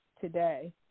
today